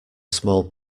small